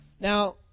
Now